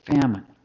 famine